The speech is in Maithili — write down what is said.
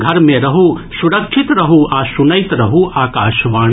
घर मे रहू सुरक्षित रहू आ सुनैत रहू आकाशवाणी